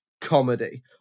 comedy